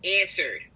answered